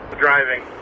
Driving